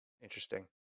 interesting